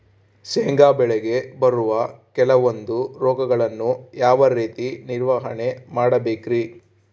ಶೇಂಗಾ ಬೆಳೆಗೆ ಬರುವ ಕೆಲವೊಂದು ರೋಗಗಳನ್ನು ಯಾವ ರೇತಿ ನಿರ್ವಹಣೆ ಮಾಡಬೇಕ್ರಿ?